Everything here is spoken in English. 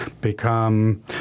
become